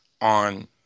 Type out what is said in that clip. on